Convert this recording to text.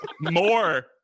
More